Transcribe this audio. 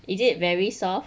is it very soft